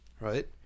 right